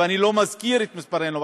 ואני לא מזכיר את מספרנו באוכלוסייה,